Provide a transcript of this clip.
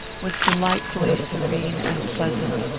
was delightfully serene and pleasant.